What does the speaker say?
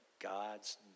God's